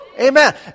Amen